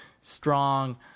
strong